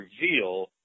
reveal